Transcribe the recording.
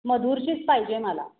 मधुरचीच पाहिजे मला